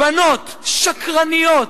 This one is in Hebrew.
בנות שקרניות,